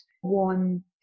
one